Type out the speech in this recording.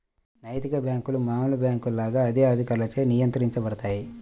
నైతిక బ్యేంకులు మామూలు బ్యేంకుల లాగా అదే అధికారులచే నియంత్రించబడతాయి